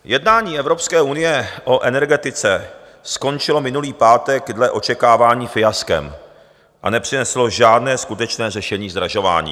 Jednání Evropské unie o energetice skončilo minulý pátek dle očekávání fiaskem a nepřineslo žádné skutečné řešení zdražování.